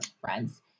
friends